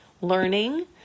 learning